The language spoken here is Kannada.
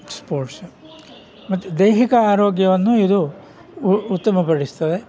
ಸ್ಪೋರ್ಟ್ಸ್ ಮತ್ತು ದೈಹಿಕ ಆರೋಗ್ಯವನ್ನು ಇದು ಉತ್ತಮಗೊಳಿಸ್ತದೆ